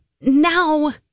now